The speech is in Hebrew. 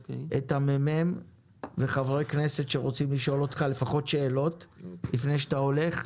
את הממ"מ וחברי כנסת שרוצים לשאול אותך שאלות לפני שאתה הולך.